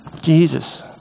Jesus